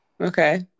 Okay